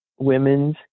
women's